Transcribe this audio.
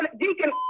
Deacon